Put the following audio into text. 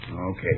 Okay